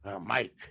Mike